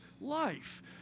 life